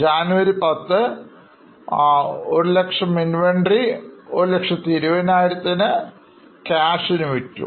10 January 100000 inventory 120000 ന് by cash ൽ വിറ്റു